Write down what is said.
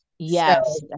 Yes